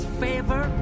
favor